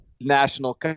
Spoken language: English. national